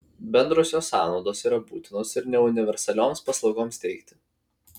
bendrosios sąnaudos yra būtinos ir neuniversaliosioms paslaugoms teikti